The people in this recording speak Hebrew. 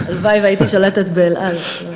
הלוואי שהייתי שולטת ב"אל על".